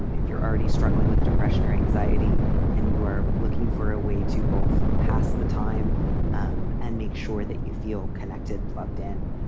and if you're already struggling with depression or anxiety and you are looking for a way to both pass the time um and make sure that you feel connected, plugged in,